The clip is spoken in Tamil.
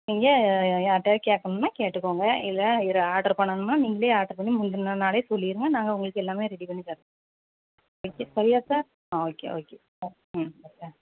நீங்கள் யார்ட்டையாது கேட்கணுன்னா கேட்டுக்கோங்க இல்லை இதில் ஆர்ட்ரு பண்ணணும்ன்னா நீங்களே ஆர்ட்ரு பண்ணி முந்தின நாளே சொல்லிருங்க நாங்கள் உங்களுக்கு எல்லாமே ரெடி பண்ணி தரோம் ஓகே சொல்லியாச்சா ஆ ஓகே ஓகே ம் ம் ஓகே